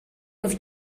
was